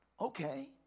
Okay